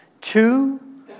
Two